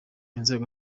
inzego